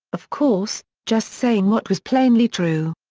of course, just saying what was plainly true.